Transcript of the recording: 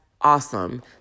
awesome